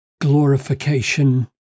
glorification